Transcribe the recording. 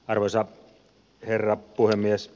arvoisa herra puhemies